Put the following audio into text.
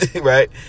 Right